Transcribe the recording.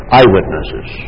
eyewitnesses